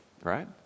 right